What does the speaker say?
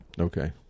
okay